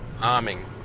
Arming